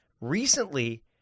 recently